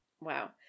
Wow